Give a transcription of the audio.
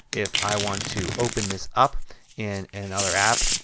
if i want to open this up in another app.